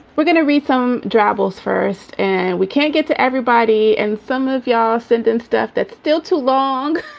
we're going to read some um travels first and we can't get to everybody. and some of you yeah are sending stuff that's still too long.